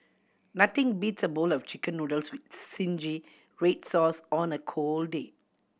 nothing beats a bowl of Chicken Noodles with zingy red sauce on a cold day